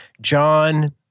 John